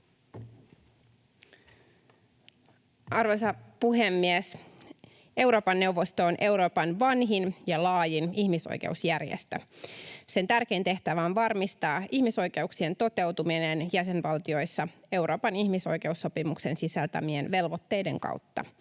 Arvoisa puhemies! Euroopan neuvosto on Euroopan vanhin ja laajin ihmisoikeusjärjestö. Sen tärkein tehtävä on varmistaa ihmisoikeuksien toteutuminen jäsenvaltioissa Euroopan ihmisoikeussopimuksen sisältämien velvoitteiden kautta.